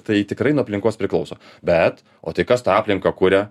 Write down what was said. tai tikrai nuo aplinkos priklauso bet o tai kas tą aplinką kuria